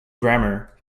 grammar